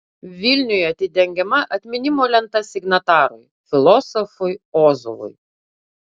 vilniuje atidengiama atminimo lenta signatarui filosofui ozolui